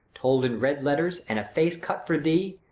told in red letters and a face cut for thee,